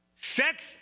Sex